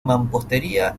mampostería